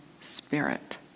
spirit